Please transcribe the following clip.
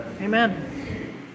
Amen